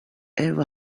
ever